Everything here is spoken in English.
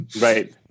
Right